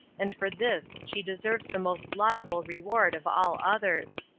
and for this she deserves the most laudable reward of all others.